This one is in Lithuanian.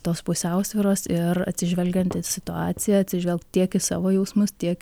tos pusiausvyros ir atsižvelgiant į situaciją atsižvelgt tiek į savo jausmus tiek